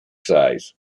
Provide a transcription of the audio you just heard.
size